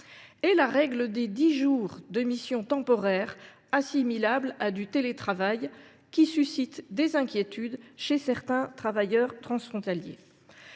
de la règle des dix jours de missions temporaires assimilables à du télétravail, qui suscite des inquiétudes chez certains travailleurs transfrontaliers.